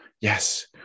Yes